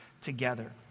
Together